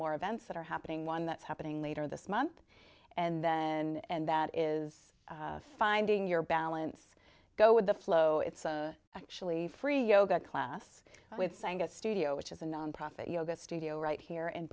more events that are happening one that's happening later this month and then and that is finding your balance go with the flow it's actually free yoga class with sangat studio which is a nonprofit yoga studio right here in